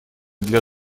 для